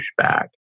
pushback